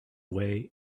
way